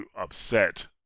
upset